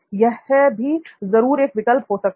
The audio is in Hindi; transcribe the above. यह भी जरूर एक विकल्प हो सकता है